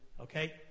Okay